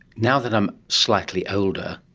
now that i'm slightly older,